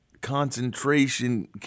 concentration